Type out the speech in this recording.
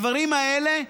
הדברים האלה,